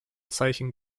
zeichen